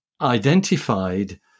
identified